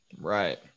right